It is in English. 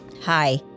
Hi